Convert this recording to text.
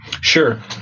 Sure